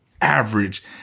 average